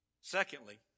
Secondly